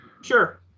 Sure